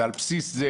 ועל בסיס זה